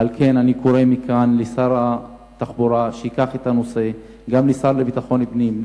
ועל כן אני קורא מכאן לשר התחבורה וגם לשר לביטחון הפנים,